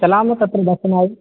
चलामः तत्र दर्शनाय